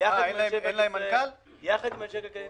יחד עם אנשי בנק ישראל,